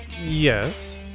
yes